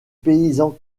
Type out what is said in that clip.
paysans